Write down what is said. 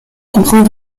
comprend